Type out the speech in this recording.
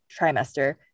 trimester